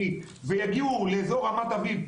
ויגיעו לאזור רמת אביב,